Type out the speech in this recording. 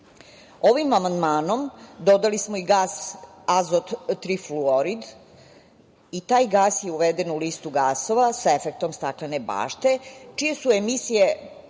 amandmanom dodali smo i gas azot trifluorid i taj gas je uveden u listu gasova sa efektom staklene bašte čije su se emisije